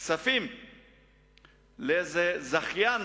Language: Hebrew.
כספים לאיזה זכיין,